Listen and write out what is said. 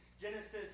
Genesis